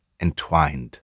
entwined